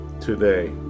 today